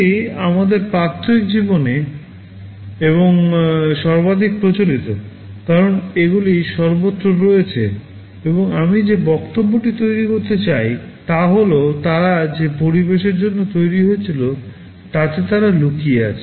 এগুলি আমাদের প্রাত্যহিক জীবনে এবং সর্বাধিক প্রচলিত কারণ এগুলি সর্বত্র রয়েছে এবং আমি যে বক্তব্যটি তৈরি করতে চাই তা হল তারা যে পরিবেশের জন্য তৈরি হয়েছিল তাতে তারা লুকিয়ে আছে